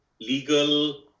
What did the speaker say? legal